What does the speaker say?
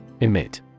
Emit